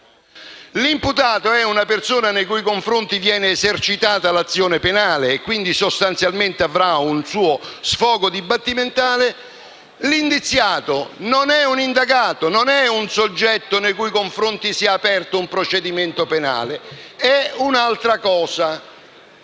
L'imputato è una persona nei cui confronti viene esercitata l'azione penale, che quindi sostanzialmente avrà un suo sfogo dibattimentale. L'indiziato non è un indagato e non è un soggetto nei cui confronti si sia aperto un procedimento penale, ma è un'altra cosa.